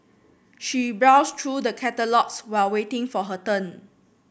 she browsed through the catalogues while waiting for her turn